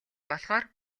болохоор